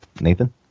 Nathan